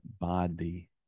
body